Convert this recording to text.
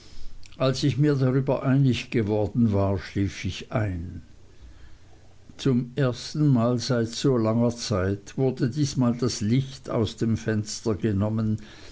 als ich mir darüber einig geworden war schlief ich ein zum ersten mal seit so langer zeit wurde diesmal das licht aus dem fenster genommen